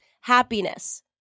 happiness